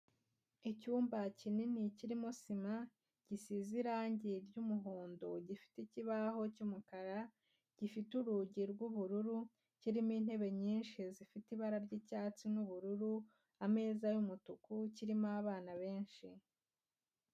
Icyumba kinini kirimo sima, gisize irange ry'umuhondo gifite ikibaho cy'umukara, gifite urugi rw'ubururu kirimo intebe nyinshi zifite ibara ry'icyatsi n'ubururu, ameza y'umutuku kirimo abana benshi.